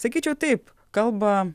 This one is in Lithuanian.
sakyčiau taip kalba